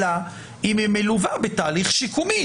אלא אם היא מלווה בתהליך שיקומי.